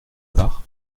part